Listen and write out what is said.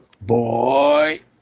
boy